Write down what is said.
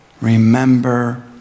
Remember